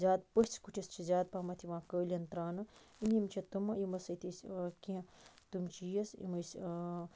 زیاد پٔژھۍ کُٹھِس چھِ زیاد پَہمَتھ یِوان کٲلیٖن تراونہٕ یِم چھِ تِمہ یِمو سۭتۍ أسۍ کینٛہہ تِم چیٖز یِم أسۍ